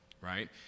right